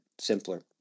simpler